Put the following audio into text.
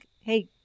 hey